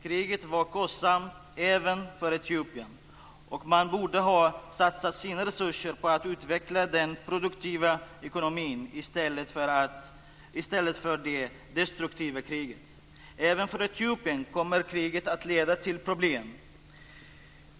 Kriget var kostsamt även för Etiopien, och man borde ha satsat sina resurser på att utveckla den produktiva ekonomin i stället för på det destruktiva kriget. Även för Etiopien kommer kriget att leda till problem.